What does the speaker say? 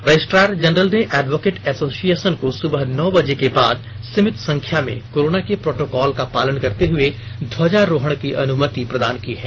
registrar general ने advocate association को सुबह नौ बजे के बाद सीमित संख्या में कोरोना के प्रोटोकॉल का पालन करते हुए ध्वजारोहण करने की अनुमति प्रदान की है